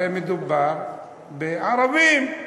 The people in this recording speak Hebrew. הרי מדובר בערבים,